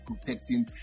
protecting